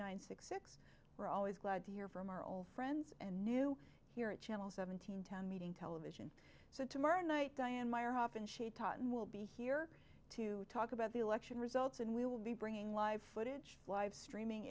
nine six six we're always glad to hear from our old friends and new here at channel seven ten meeting television so tomorrow night diane meyerhoff and she taught and will be here to talk about the election results and we will be bringing live footage live streaming